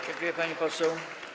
Dziękuję, pani poseł.